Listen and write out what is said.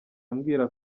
ambwira